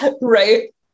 Right